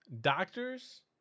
doctors